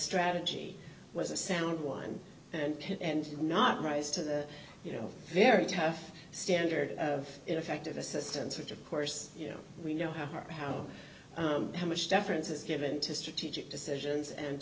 strategy was a sound one and pit and not rise to the you know very tough standard of ineffective assistance which of course you know we know her how how much deference is given to strategic decisions and